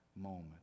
moment